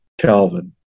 Calvin